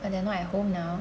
but they're not at home now